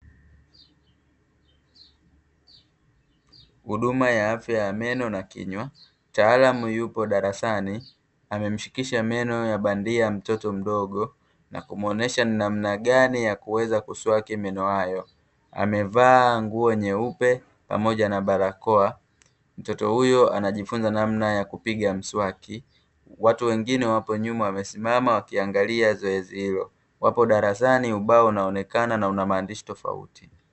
Huduma ya afya ya meno na kinywa mtaalamu yupo darasani amemshikisha meno ya bandia mtoto mdogo na kumwonyesha namna gani ya kuweza kuswaki meno hayo amevaa nguo nyeupe pamoja na barakoa mtoto huyo anajifunza namna ya kupiga mswaki watu wengine wapo nyuma wamesimama wakiangalia zoezi hilo wapo darasani ubao unaonekana na una maandishi tofauti.